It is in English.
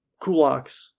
Kulaks